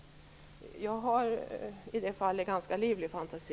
Jag har i det fallet ganska livlig fantasi.